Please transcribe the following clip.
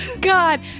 God